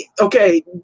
okay